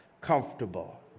comfortable